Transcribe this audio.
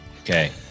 okay